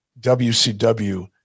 WCW